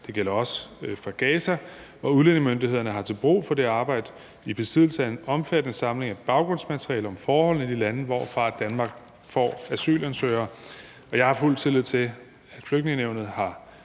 det gælder også fra Gaza – og udlændingemyndighederne er til brug for det arbejde i besiddelse af en omfattende samling af baggrundsmateriale om forholdene i de lande, hvorfra Danmark får asylansøgere. Jeg har fuld tillid til, at Flygtningenævnet har